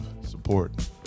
support